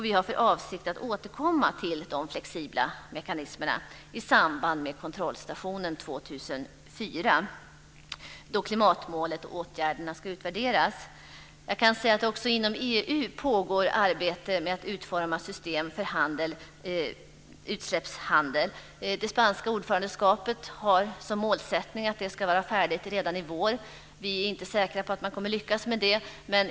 Vi har för avsikt att återkomma till de flexibla mekanismerna i samband med kontrollstationen 2004, då klimatmålsåtgärderna ska utvärderas. Jag kan också säga att det inom EU pågår arbete med att utforma system för utsläppshandel. Det spanska ordförandeskapet har som målsättning att det ska färdigt redan i vår. Vi är inte säkra på att man kommer att lyckas med det.